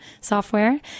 software